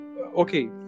okay